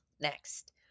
Next